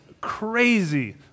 crazy